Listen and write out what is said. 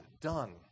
done